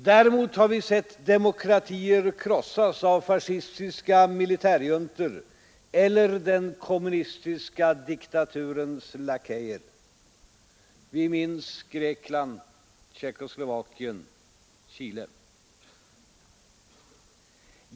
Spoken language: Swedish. Däremot har vi sett demokratier krossas av fascistiska militärjuntor eller av den kommunistiska diktaturens lakejer. Vi minns Grekland, Tjeckoslovakien och Chile.